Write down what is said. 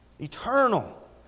Eternal